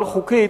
על-חוקית,